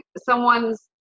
someone's